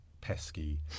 pesky